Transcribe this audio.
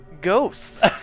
ghosts